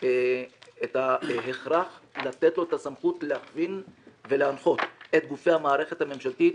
את ההכרח לתת לו את הסמכות להכווין ולהנחות את גופי המערכת הממשלתית